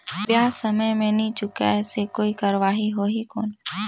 ब्याज समय मे नी चुकाय से कोई कार्रवाही होही कौन?